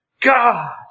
God